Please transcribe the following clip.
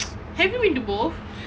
have you been to both